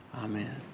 Amen